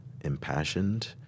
impassioned